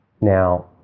Now